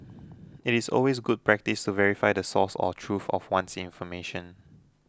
it is always good practice to verify the source or truth of one's information